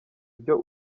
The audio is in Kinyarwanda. ibyo